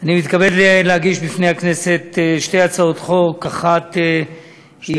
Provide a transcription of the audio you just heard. אני מתכבד להגיש בפני הכנסת שתי הצעות חוק: הצעת